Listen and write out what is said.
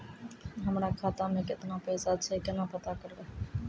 हमरा खाता मे केतना पैसा छै, केना पता करबै?